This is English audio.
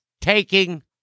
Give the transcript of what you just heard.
Taking